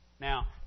Now